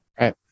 right